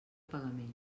pagament